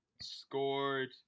scored